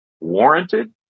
warranted